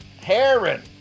Heron